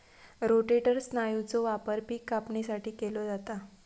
rotator स्नायूचो वापर पिक कापणीसाठी केलो जाता